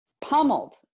pummeled